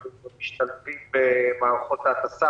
אנחנו כבר משתלבים במערכות ההטסה,